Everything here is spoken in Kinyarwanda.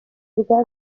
bwa